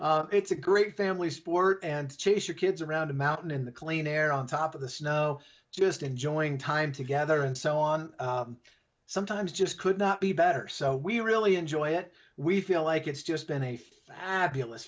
but it's a great family sport and chase your kids around a mountain in the clean air on top of the snow just enjoying time together and so on sometimes just could not be better so we really enjoy it we feel like it's just been a fabul